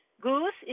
Goose